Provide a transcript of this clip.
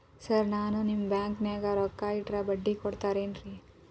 Sir ನಾನು ನಿಮ್ಮ ಬ್ಯಾಂಕನಾಗ ರೊಕ್ಕ ಇಟ್ಟರ ಬಡ್ಡಿ ಕೊಡತೇರೇನ್ರಿ?